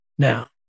Now